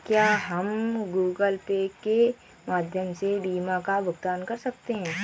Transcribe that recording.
क्या हम Google Pay के माध्यम से बीमा का भुगतान कर सकते हैं?